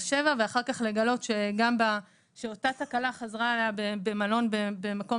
שבע ואחר כך לגלות שאותה תקלה חזרה על עצמה במלון במקום